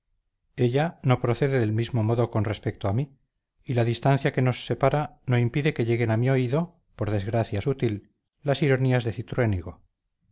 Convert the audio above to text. ella no procede del mismo modo con respecto a mí y la distancia que nos separa no impide que lleguen a mi oído por desgracia sutil las ironías de